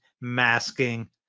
masking